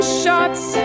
shots